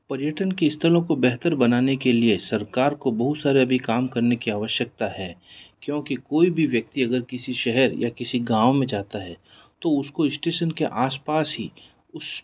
पर्यटन की स्थलों को बेहतर बनाने के लिए सरकार को बहुत सारे अभी काम करने की आवश्यकता है क्योंकि कोई भी व्यक्ति अगर किसी शहर या किसी गाँव में जाता है तो उसको स्टेशन के आस पास ही उस